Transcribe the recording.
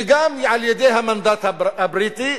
וגם על-ידי המנדט הבריטי,